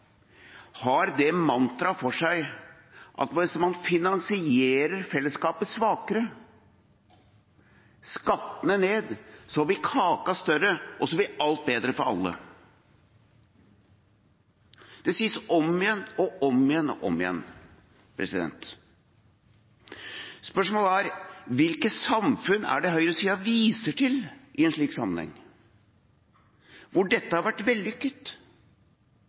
Hvis man finansierer fellesskapet svakere, får skattene ned, blir kaka større og alt bedre for alle. Det sies om igjen og om igjen. Spørsmålet er: Hvilke samfunn er det høyresida viser til i en slik sammenheng, hvor dette har vært vellykket?